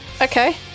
Okay